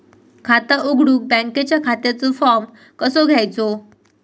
खाता उघडुक बँकेच्या खात्याचो फार्म कसो घ्यायचो?